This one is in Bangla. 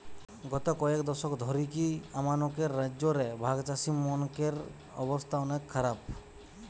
গত কয়েক দশক ধরিকি আমানকের রাজ্য রে ভাগচাষীমনকের অবস্থা অনেক খারাপ